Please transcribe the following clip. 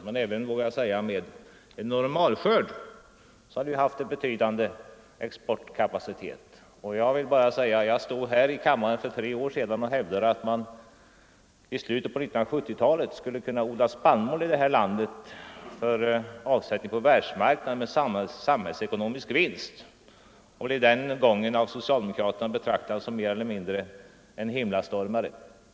Men även, vågar jag säga, med en normalskörd skulle vi ha haft en betydande exportkapacitet. Jag stod här i kammaren för tre år sedan och hävdade att man i slutet på 1970-talet skulle kunna odla spannmål här i landet för avsättning på världsmarknaden med samhällsekonomisk vinst och blev den gången av socialdemokraterna betraktad som något av en himlastormare.